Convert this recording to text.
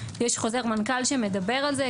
יש חוזר מנכ"ל שמדבר על זה,